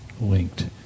linked